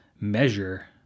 measure